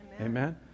Amen